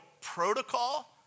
protocol